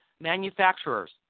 manufacturers